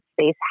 space